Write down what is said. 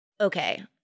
okay